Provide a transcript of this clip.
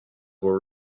were